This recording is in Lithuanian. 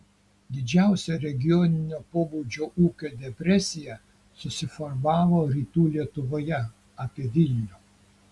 didžiausia regioninio pobūdžio ūkio depresija susiformavo rytų lietuvoje apie vilnių